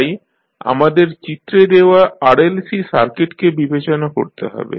তাই আমাদের চিত্রে দেওয়া RLC সার্কিট কে বিবেচনা করতে হবে